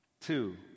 two